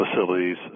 facilities